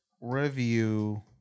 review